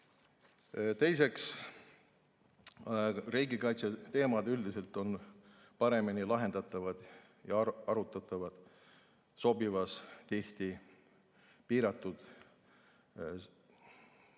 Teiseks. Riigikaitseteemad on üldiselt paremini lahendatavad ja arutatavad sobival, tihti piiratud